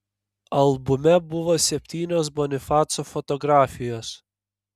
albume buvo septynios bonifaco fotografijos